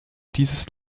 dieses